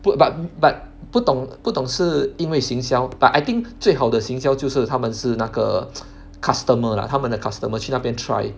不 but but 不懂不懂是因为营销 but I think 最好的营销就是他们是那个 customer lah 他们的 customer 去那边 try